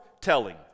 telling